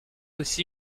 aussi